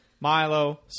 milo